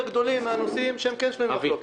גדולים מהנושאים שכן שנויים במחלוקת.